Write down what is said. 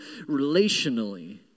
relationally